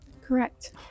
Correct